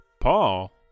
Paul